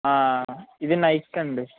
ఇది నైక్ అండి